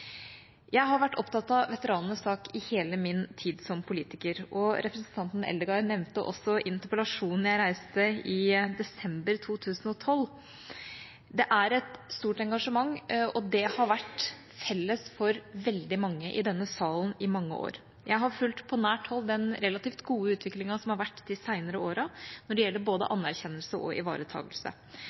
Jeg har vært opptatt av veteranenes sak i hele min tid som politiker, og representanten Eldegard nevnte også interpellasjonen jeg reiste i desember 2012. Det er et stort engasjement, og det har vært felles for veldig mange i denne salen i mange år. Jeg har på nært hold fulgt den relativt gode utviklingen som har vært de senere årene når det gjelder både anerkjennelse og